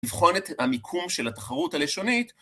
לבחון את המיקום של התחרות הלשונית.